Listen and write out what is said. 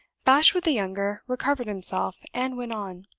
bashwood the younger recovered himself, and went on.